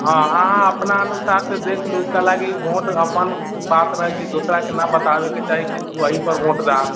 हँ अहाँ अपना अनुसारसँ देख लू कै लागी भोट अपन बात रहए कि दोसराके ना बताबयके चाही कि तू एहीपर भोट डाल